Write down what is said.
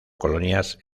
colonias